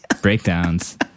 breakdowns